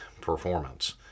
performance